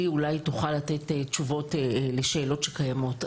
אולי תוכל לתת תשובות לשאלות שקיימות.